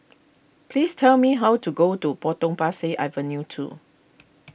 please tell me how to go to Potong Pasir Avenue two